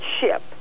ship